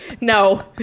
No